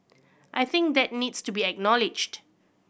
I think that needs to be acknowledged